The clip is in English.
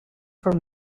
from